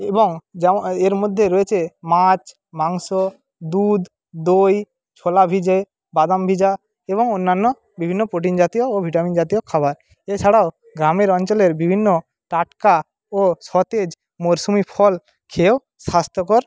এবং যেমন এর মধ্যে রয়েছে মাছ মাংস দুধ দই ছোলা ভিজে বাদাম ভিজা এবং অন্যান্য বিভিন্ন প্রোটিন জাতীয় ও ভিটামিন জাতীয় খাবার এছাড়াও গ্রামের অঞ্চলের বিভিন্ন টাটকা ও সতেজ মরশুমি ফল খেয়েও স্বাস্থ্যকর